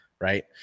right